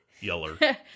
Yeller